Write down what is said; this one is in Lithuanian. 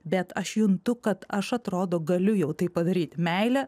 bet aš juntu kad aš atrodo galiu jau tai padaryt meilę